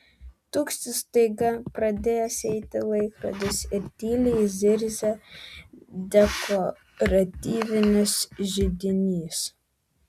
tuksi staiga pradėjęs eiti laikrodis ir tyliai zirzia dekoratyvinis židinys